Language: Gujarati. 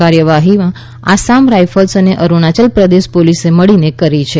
કાર્યવાહી આસામ રાયફલ્સ અને અરૂણાચલ પ્રદેશ પોલીસે મળીને કરી છે